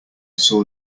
saw